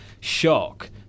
shock